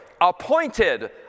appointed